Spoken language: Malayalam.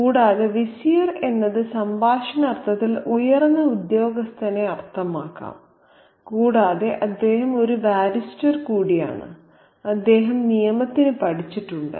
കൂടാതെ വിസിയർ എന്നത് സംഭാഷണ അർത്ഥത്തിൽ ഉയർന്ന ഉദ്യോഗസ്ഥനെ അർത്ഥമാക്കാം കൂടാതെ അദ്ദേഹം ഒരു ബാരിസ്റ്റർ കൂടിയാണ് അദ്ദേഹം നിയമത്തിന് പഠിച്ചിട്ടുണ്ട്